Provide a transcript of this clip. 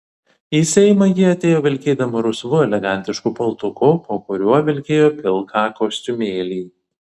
į seimą ji atėjo vilkėdama rusvu elegantišku paltuku po kuriuo vilkėjo pilką kostiumėlį